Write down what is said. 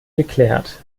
geklärt